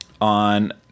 on